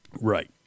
Right